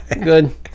good